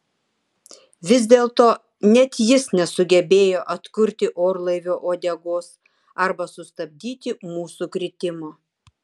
vis dėlto net jis nesugebėjo atkurti orlaivio uodegos arba sustabdyti mūsų kritimo